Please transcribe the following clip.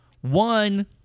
One